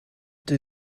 did